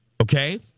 Okay